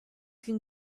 can